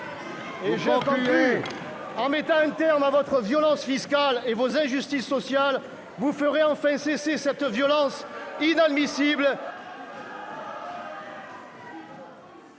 maintenant ! En mettant un terme à votre violence fiscale et vos injustices sociales, vous ferez enfin cesser cette violence inadmissible